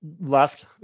left